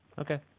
Okay